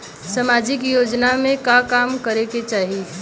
सामाजिक योजना में का काम करे के चाही?